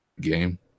game